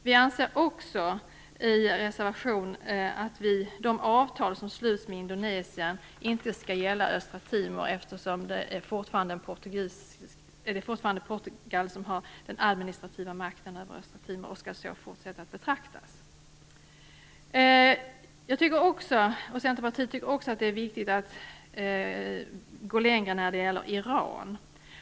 Vi anser också i reservationen att de avtal som sluts med Indonesien inte skall gälla Östra Timor, eftersom det fortfarande är Portugal som har den administrativa makten över Östra Timor och att läget skall fortsätta att betraktas som sådant. Inom Centerpartiet tycker vi också att det är viktigt att gå längre när det gäller Iran.